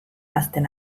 hazten